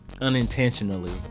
unintentionally